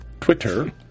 Twitter